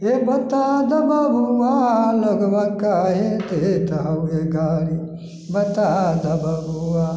हे बता दऽ बबुआ लोगबा काहे देत हमे गारी बता दऽ बबुआ